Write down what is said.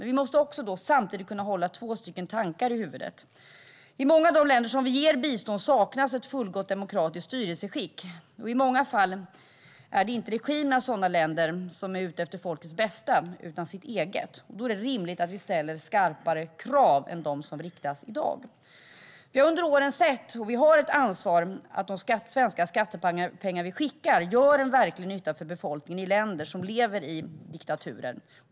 Vi måste då kunna hålla två tankar i huvudet samtidigt. I många av de länder som vi ger bistånd till saknas ett fullgott demokratiskt styrelseskick. I många fall är inte regimen i sådana länder ute efter folkets bästa utan sitt eget bästa. Då är det rimligt att vi ställer skarpare krav än de som riktas i dag. Vi har ett ansvar för att de svenska skattepengar vi skickar gör verklig nytta för folk som lever i länder med diktatur.